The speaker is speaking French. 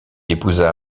épousa